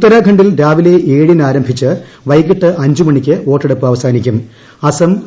ഉത്തരാഖണ്ഡിൽ രാവിലെ ഏഴിന് ആരംഭിച്ച് വൈകിട്ട് അഞ്ചുമണിക്ക് വോട്ടെടുപ്പ്